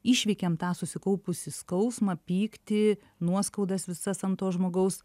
išveikiam tą susikaupusį skausmą pyktį nuoskaudas visas ant to žmogaus